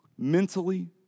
Mentally